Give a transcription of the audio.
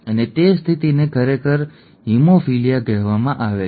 અને તે સ્થિતિને ખરેખર હીમોફીલિયા કહેવામાં આવે છે